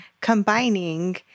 combining